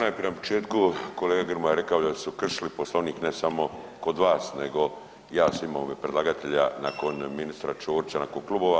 Najprije na početku kolega Grmoja je rekao da su kršili Poslovnik ne samo kod vas, nego ja sam imao u ime predlagatelja nakon ministra Ćorića, nakon klubova.